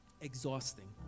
exhausting